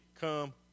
come